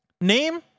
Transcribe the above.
Name